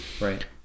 Right